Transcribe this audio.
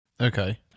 Okay